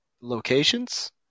Locations